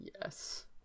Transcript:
Yes